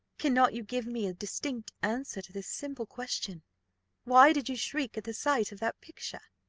cannot you give me a distinct answer to this simple question why did you shriek at the sight of that picture?